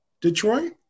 Detroit